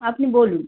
আপনি বলুন